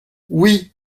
oui